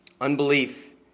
Unbelief